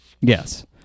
Yes